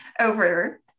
over